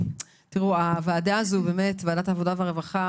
תראו, הוועדה הזו, ועדת העבודה והרווחה